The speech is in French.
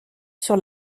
sur